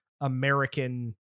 American